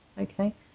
Okay